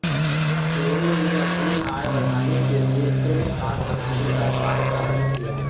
सुरेंद्र ने अपनी आय बढ़ाने के लिए कृमि खाद बनाने का कार्य प्रारंभ किया